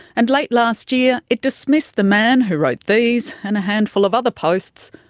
and late last year it dismissed the man who wrote these and a handful of other posts,